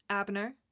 Abner